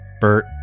Bert